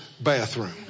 bathroom